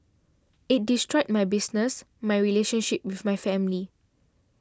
it destroyed my business my relationship with my family